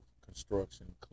Construction